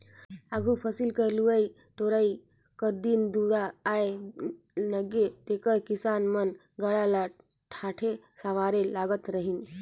आघु फसिल कर लुए टोरे कर दिन दुरा आए नगे तेकर किसान मन गाड़ा ल ठाठे सवारे लगत रहिन